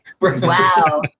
Wow